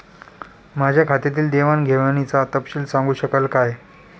माझ्या खात्यातील देवाणघेवाणीचा तपशील सांगू शकाल काय?